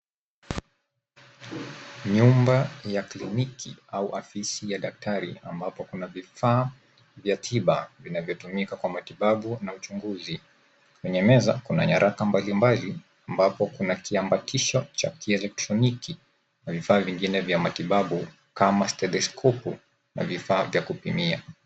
Nyumba ya kliniki au ofisi ya daktari ambapo kuna vifaa vya tiba vinavyotumika kwa matibabu na uchunguzi. Kwenye meza kuna nyaraka mbalimbali ambapo kuna kiambatisho cha kielektroniki na vifaa vingine vya matibabu kama Stethoscope na vifaa vya kupimia.